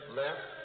left